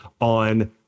on